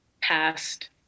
past